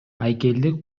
айкелди